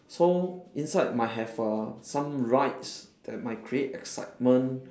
so inside might have uh some rides that might create excitement